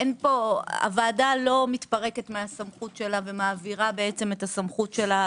הוועדה לא מתפרקת מהסמכות שלה ומעבירה את הסמכות שלה